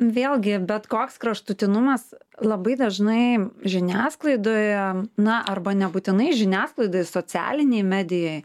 vėlgi bet koks kraštutinumas labai dažnai žiniasklaidoje na arba nebūtinai žiniasklaidoj socialinėj medijoj